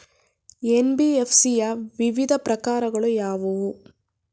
NBFC ಯ ವಿವಿಧ ಪ್ರಕಾರಗಳು ಯಾವುವು?